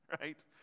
right